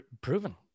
proven